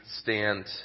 stand